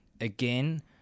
again